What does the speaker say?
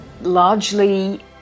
largely